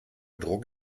druck